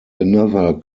another